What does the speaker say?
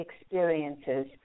experiences